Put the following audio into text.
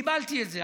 קיבלתי את זה.